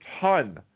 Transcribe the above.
ton